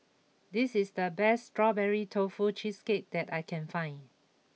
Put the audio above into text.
this is the best Strawberry Tofu Cheesecake that I can find